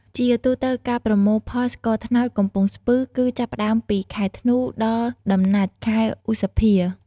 ជាទូទៅការប្រមូលផលស្ករត្នោតកំពង់ស្ពឺ គឺចាប់ផ្ដើមពីខែធ្នូ ដល់ដំណាច់ខែឧសភា